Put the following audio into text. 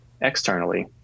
externally